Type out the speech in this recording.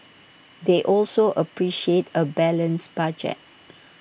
they also appreciate A balanced budget